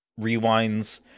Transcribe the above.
rewinds